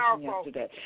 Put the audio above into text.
yesterday